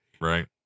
Right